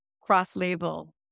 cross-label